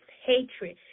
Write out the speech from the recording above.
hatred